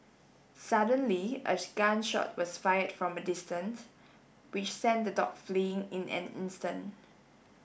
suddenly a gun shot was fired from a distance which sent the dogs fleeing in an instant